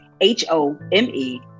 H-O-M-E